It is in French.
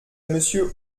monsieur